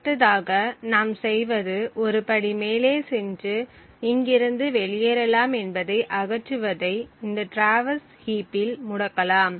அடுத்ததாக நாம் செய்வது ஒரு படி மேலே சென்று இங்கிருந்து வெளியேறலாம் என்பதை அகற்றுவதை இந்த டிராவர்ஸ் ஹீப்பில் முடக்கலாம்